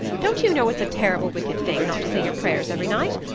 don't you know it's a terrible wicked thing not to say your prayers every night?